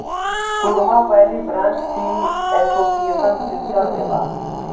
सुरमा valley branch tea association Silchar में बा